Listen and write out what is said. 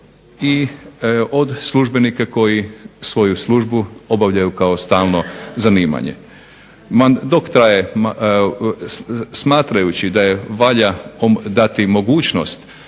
i od službenike koji svoju službu obavljaju kao stalno zanimanje. Smatrajući da valja dati mogućnost